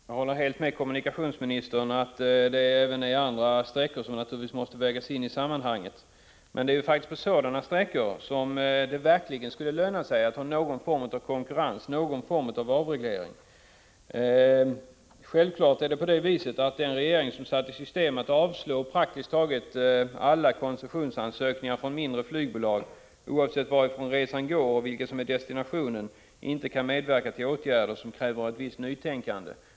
Herr talman! Jag håller helt med kommunikationsministern om att även andra sträckor måste vägas in i sammanhanget. Men det är just på sådana sträckor som kommunikationsministern nämner som det verkligen skulle löna sig att ha någon form av konkurrens och någon form av avreglering. Självfallet kan en regering som satt i system att man skall avslå praktiskt taget alla koncessionsansökningar från mindre flygbolag, oavsett varifrån resan går och vilken destination det är fråga om, inte medverka till åtgärder som kräver ett visst nytänkande.